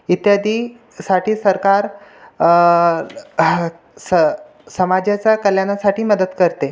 इत्यादीसाठी सरकार स समाजाच्या कल्याणासाठी मदत करते